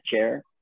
chair